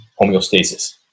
homeostasis